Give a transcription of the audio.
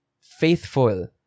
faithful